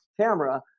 camera